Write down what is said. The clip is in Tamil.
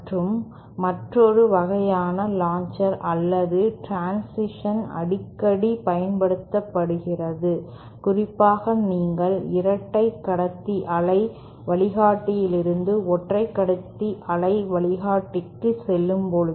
மற்றும் மற்றொரு வகையான லாஞ்சர் அல்லது டிரன்சிஷன் அடிக்கடி பயன்படுத்தப்படுகிறது குறிப்பாக நீங்கள் இரட்டை கடத்தி அலை வழிகாட்டியிலிருந்து ஒற்றை கடத்தி அலை வழிகாட்டிக்கு செல்லும்போது